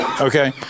Okay